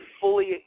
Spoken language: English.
fully